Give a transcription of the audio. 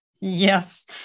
Yes